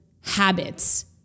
habits